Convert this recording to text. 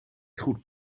goed